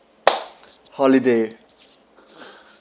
holiday